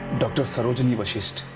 doctor sarojini vasisth.